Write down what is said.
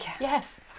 Yes